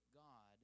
god